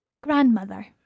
Grandmother